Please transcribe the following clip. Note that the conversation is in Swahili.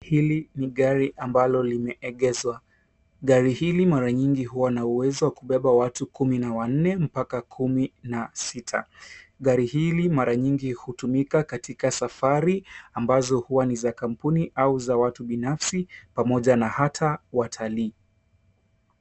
Hili ni gari ambalo limeegezwa. Gari hili mara nyingi huwa na uwezo wa kubeba watu kumi na wanne mpaka kumi na sita. Gari hili mara nyingi hutumika katika safari ambazo huwa ni za kampuni au za watu binafsi pamoja na hata watalii.